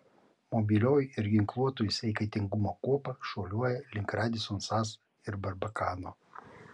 mobilioji ir ginkluotoji sveikatingumo kuopa šuoliuoja link radisson sas ir barbakano